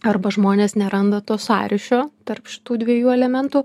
arba žmonės neranda to sąryšio tarp šitų dviejų elementų